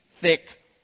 thick